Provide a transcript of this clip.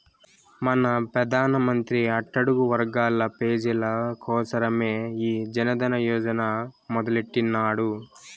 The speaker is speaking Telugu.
మన పెదానమంత్రి అట్టడుగు వర్గాల పేజీల కోసరమే ఈ జనదన యోజన మొదలెట్టిన్నాడు